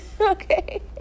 okay